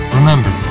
Remember